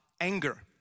anger